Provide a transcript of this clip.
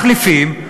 מחליפים,